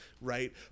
right